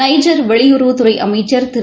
Niger வெளியுறவுத்துறைஅமைச்சர் திரு